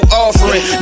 offering